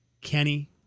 Kenny